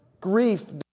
grief